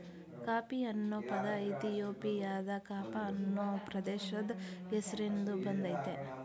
coffee ಅನ್ನೊ ಪದ ಇಥಿಯೋಪಿಯಾದ ಕಾಫ ಅನ್ನೊ ಪ್ರದೇಶದ್ ಹೆಸ್ರಿನ್ದ ಬಂದಯ್ತೆ